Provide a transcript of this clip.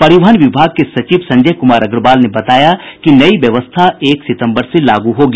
परिवहन विभाग के सचिव संजय कुमार अग्रवाल ने बताया कि नई व्यवस्था एक सितम्बर से लागू होगी